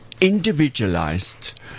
individualized